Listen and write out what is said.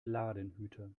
ladenhüter